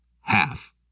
Half